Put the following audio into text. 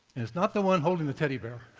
it's not the one holding the teddy bear.